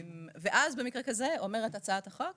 אז, במקרה כזה, אומרת הצעת החוק